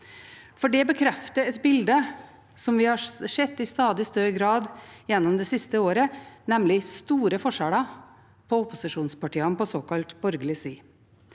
Det bekrefter et bilde som vi har sett i stadig større grad gjennom det siste året, nemlig store forskjeller blant opposisjonspartiene på såkalt borgerlig side.